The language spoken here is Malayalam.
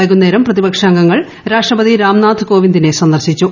വൈകുന്നേരം പ്രതിപക്ഷാംഗങ്ങൾ രാഷ്ട്രപതി രാംനാഥ് കോവിന്ദിനെ സന്ദർശിച്ചു